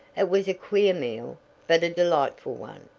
it was a queer meal but a delightful one.